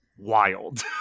wild